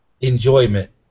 enjoyment